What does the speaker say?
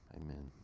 Amen